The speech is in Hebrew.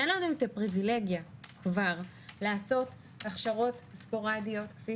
שאין לנו הפריבילגיה לעשות הכשרות ספורדיות כפי